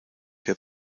que